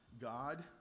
God